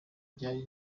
ryari